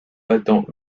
battant